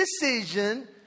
decision